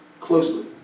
closely